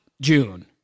June